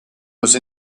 was